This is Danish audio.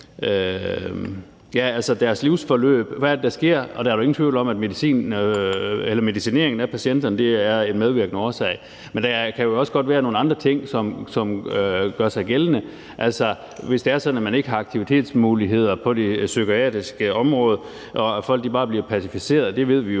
deres livsforløb, og hvad det er, der sker – og der er da ingen tvivl om, at medicineringen af patienterne er en medvirkende årsag. Men der kan også godt være nogle andre ting, som gør sig gældende. Vi ved jo alle sammen, objektivt set, at det er usundt, hvis der ikke er aktivitetsmuligheder på det psykiatriske område, og at folk bare blive pacificeret. Og der er